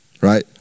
right